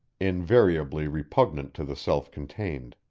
invariably repugnant to the self-contained.